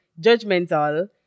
judgmental